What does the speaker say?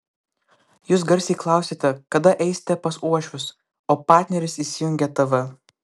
jūs garsiai klausiate kada eisite pas uošvius o partneris įsijungia tv